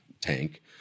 tank